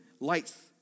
Lights